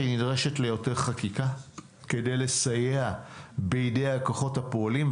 היא נדרשת ליותר חקיקה כדי לסייע בידי הכוחות הפועלים,